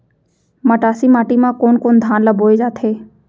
मटासी माटी मा कोन कोन धान ला बोये जाथे?